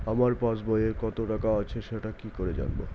আমার পাসবইয়ে কত টাকা আছে সেটা কি করে জানবো?